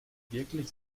wirklich